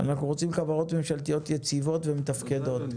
אנחנו רוצים חברות ממשלתיות יציבות ומתפקדות,